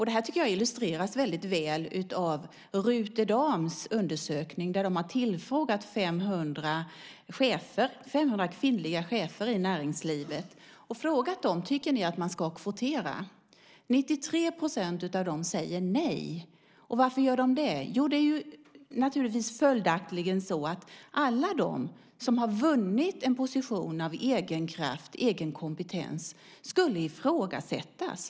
Det här tycker jag illustreras väldigt väl av Ruter Dams undersökning där de har tillfrågat 500 kvinnliga chefer i näringslivet. De har frågat dem: Tycker ni att man ska kvotera? 93 % av dem säger nej. Och varför gör de det? Jo, det är naturligtvis så att alla som har vunnit en position av egen kraft, egen kompetens, skulle ifrågasättas.